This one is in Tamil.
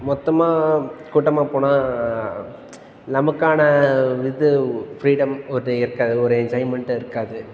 மொத்தமாக கூட்டமாகப் போனால் நமக்கான இது ஃப்ரீடம் ஒன்று இருக்காது ஒரு என்ஜாய்மெண்ட்டு இருக்காது